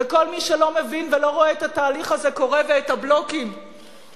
כל מי שלא מבין ולא רואה את התהליך הזה קורה ואת הבלוקים מתמוטטים